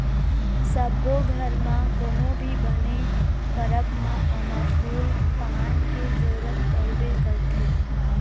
सब्बो घर म कोनो भी बने परब म ओमा फूल पान के जरूरत पड़बे करथे